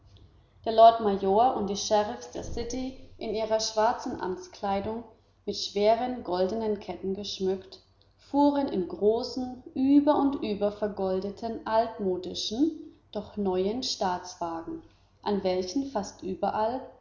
der lord mayor und die sheriffs der city in ihrer schwarzen amtskleidung mit schweren goldenen ketten geschmückt fuhren in großen über und über vergoldeten altmodischen doch neuen staatswagen an welchen überall